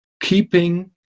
keeping